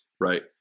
right